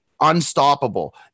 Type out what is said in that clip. unstoppable